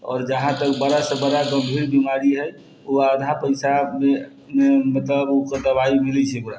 आओर जहाँ तक बड़ासँ बड़ा गम्भीर बीमारी हइ ओ आधा पैसामे मतलब ओकर दवाइ मिलै छै ओकरा